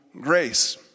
grace